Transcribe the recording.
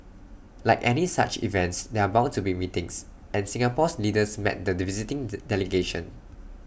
like any such events there are bound to be meetings and Singapore's leaders met the visiting the delegation